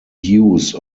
use